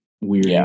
weird